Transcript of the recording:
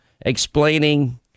explaining